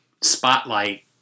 spotlight